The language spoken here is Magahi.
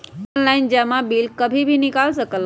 ऑनलाइन बिल जमा कहीं भी कभी भी बिल निकाल सकलहु ह?